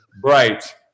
bright